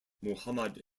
muhammad